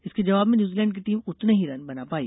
इसके जवाब में न्यूजीलैण्ड की टीम इतने ही रन बना पाई